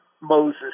Moses